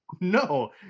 no